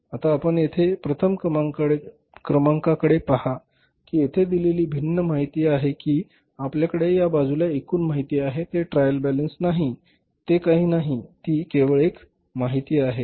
आता आपण येथे प्रथम क्रमांकाकडे पहा की येथे दिलेली भिन्न माहिती आहे की आपल्याकडे या बाजूला एकूण माहिती आहे ते ट्रायल बॅलन्स नाही ती काही नाही ती केवळ एक माहिती आहे